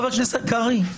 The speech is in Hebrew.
חבר הכנסת קרעי,